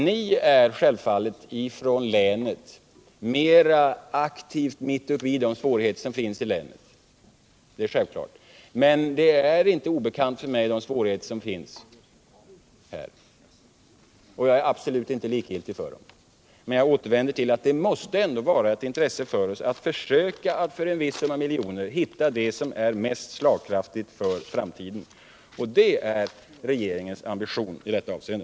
Ni från länet är självfallet mera aktivt mitt uppe i de svårigheter som där finns, men dessa svårigheter är för mig inte obekanta. Och jag är absolut inte likgiltig för dem. Men jag återvänder tillatt det för oss ändå måste vara ett intresse att försöka att för en viss summa miljoner hitta det som är mest slagkraftigt för framtiden. Det är regeringens ambition i detta avseende!